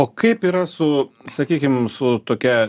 o kaip yra su sakykim su tokia